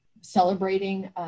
celebrating